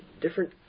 different